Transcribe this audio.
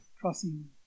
crossing